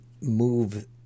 move